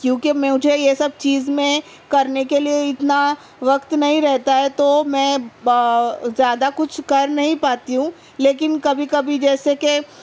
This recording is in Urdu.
کیوں کہ مجھے یہ سب چیز میں کرنے کے لیے اتنا وقت نہیں رہتا ہے تو میں زیادہ کچھ کر نہیں پاتی ہوں لیکن کبھی کبھی جیسے کہ